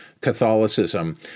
Catholicism